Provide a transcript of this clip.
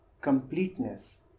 completeness